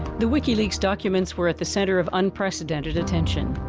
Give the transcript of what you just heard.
the wikileaks documents were at the center of unprecedented attention.